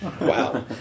Wow